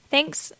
Thanks